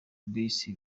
minsi